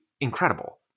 incredible